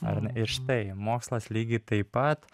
ar ne ir štai mokslas lygiai taip pat